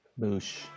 Boosh